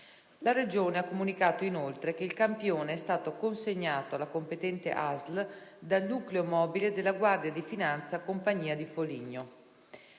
La Regione ha comunicato, inoltre, che il campione è stato consegnato alla competente ASL dal nucleo mobile della Guardia di finanza Compagnia di Foligno.